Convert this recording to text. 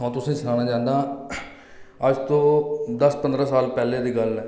अ'ऊं तुसें ई सनाना चाह्ना आं अज्ज तों दस्स पंदरां साल पैह्लें दी गल्ल ऐ